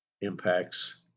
impacts